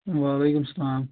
وعلیکُم سَلام